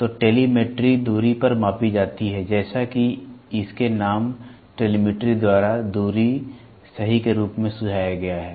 तो टेलीमेट्री दूरी पर मापी जाती है जैसा कि इसके नाम टेलीमेट्री द्वारा दूरी सही के रूप में सुझाया गया है